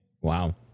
Wow